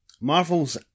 Marvel's